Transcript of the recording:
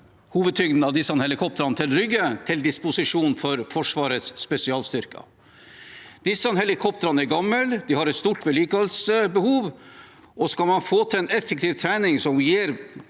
hovedtyngden av disse helikoptrene på Rygge, til disposisjon for Forsvarets spesialstyrker. Disse helikoptrene er gamle, de har et stort vedlikeholdsbehov, og skal man få til en effektiv trening som gir